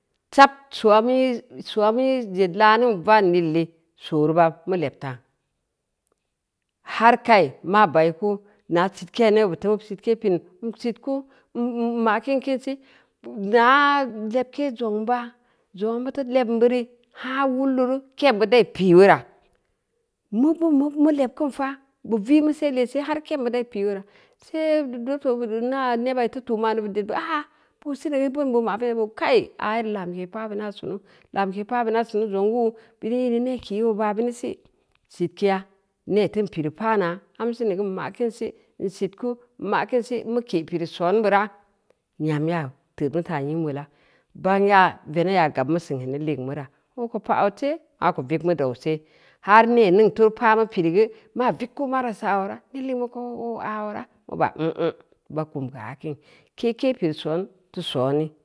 Sab soon mu nyi zed laa-mingn van yille, soo reu ba mu lebtao, bar kai maa bai kunu, na sitkeya nebid bu teu mu sitke pi’n neu, n sitku, n ma kin kin si, naa lebke zong ba, zongna muteu lebm beeri, haaa wulleu ru ke’em bid da’i pii weura. Beun mu leb kin faa, bu vi’mu se, lee se, har ke’em bid da’i pii weura, see doctor beu ina ned bira butu tu’ ma’n neu bud ed bua hah bor sineu geu beang bu ma, bu baa kai aare lamke paa bini ya sunu, lamke paa biniya sunu zong wuu, bineu i neu nee kii’n oo ba’ beuni si, sitkiya, nee teun pireu paana, am sineu geu n ma’ kin se? N sitku, n ma kinsi, mu ke pireu son beura, nyam ga teud bu ta a nyim wula, bangya veneb yaa gabmu sin geu nee ligeu mura, ooko pa’ odse, maako vig ma dause, har nee ningn turu paa mu pireu geu, maa vig ku maran saa oora, ned ligeu beu ko oo aa oora, mu baa mu nm, b akum ga a kin, ke’ke pireu soon teu sooni.